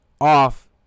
off